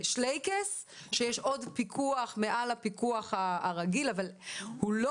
שלייקעס - שיש עוד פיקוח מעל הפיקוח הרגיל אבל הוא לא